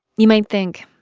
you might think,